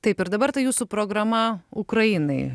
taip ir dabar ta jūsų programa ukrainai